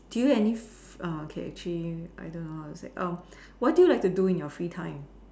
do you any f~ err okay actually I don't know how to say err what do you like to do in your free time